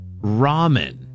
ramen